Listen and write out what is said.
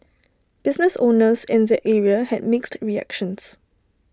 business owners in the area had mixed reactions